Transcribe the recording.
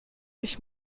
ich